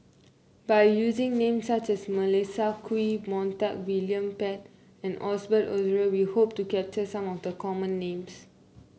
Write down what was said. by using